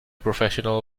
professional